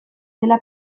dela